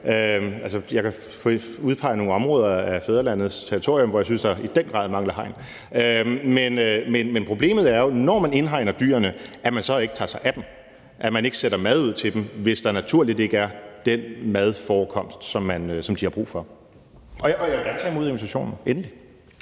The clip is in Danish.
Jeg kan udpege nogle områder af fædrelandets territorium, hvor jeg synes, der er i den grad mangler hegn. Men problemet er jo, når man indhegner dyrene, at man så ikke tager sig af dem, og at man ikke sætter mad ud til dem, hvis der naturligt ikke er den madforekomst, som de har brug for. Og jeg vil gerne tage imod invitationen – endelig!